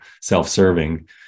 self-serving